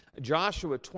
Joshua